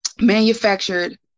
manufactured